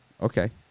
Okay